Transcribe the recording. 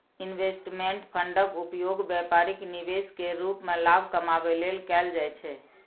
investment फंडक उपयोग बेपारिक निवेश केर रूप मे लाभ कमाबै लेल कएल जाइ छै